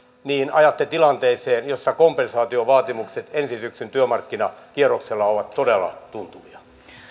ajatte tilanteeseen jossa kompensaatiovaatimukset ensi syksyn työmarkkinakierroksella ovat todella tuntuvia